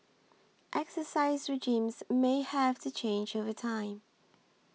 exercise regimens may have to change over time